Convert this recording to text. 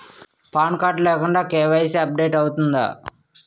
Pan card లేకుండా KYC update అవుతుందా?